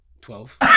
Twelve